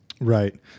Right